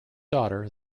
daughter